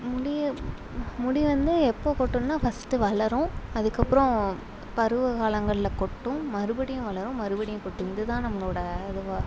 முடியை முடி வந்து எப்ப கொட்டும்னால் ஃபஸ்ட்டு வளரும் அதுக்கு அப்புறம் பருவ காலங்களில் கொட்டும் மறுபடியும் வளரும் மறுபடியும் கொட்டும் இதுதான் நம்மளோடய இதுவாக